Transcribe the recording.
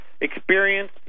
experience